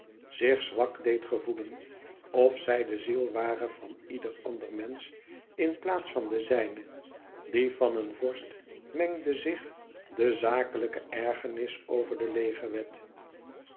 zich zwak deed gevoelen of zij de ziel ware van ieder ander mensch in plaats van de zijne die van een vorst mengde zich de zakelijke ergernis over de legerwet